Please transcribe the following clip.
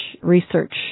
research